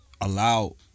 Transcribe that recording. allow